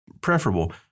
preferable